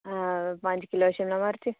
हां पंज किल्लो शिमला मर्च